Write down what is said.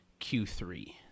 Q3